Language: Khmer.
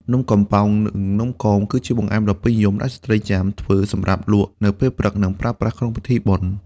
នំកំប៉ោង និងនំកង គឺជាបង្អែមដ៏ពេញនិយមដែលស្ត្រីចាមធ្វើសម្រាប់លក់នៅពេលព្រឹក និងប្រើប្រាស់ក្នុងពិធីបុណ្យ។